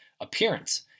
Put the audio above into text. appearance